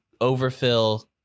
overfill